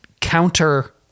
counter